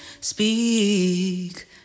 speak